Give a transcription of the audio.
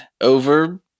over